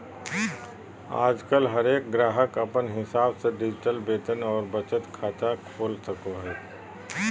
आजकल हरेक गाहक अपन हिसाब से डिजिटल वेतन और बचत खाता खोल सको हय